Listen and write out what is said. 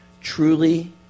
Truly